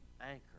anchor